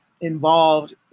involved